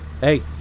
Hey